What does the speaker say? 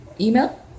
email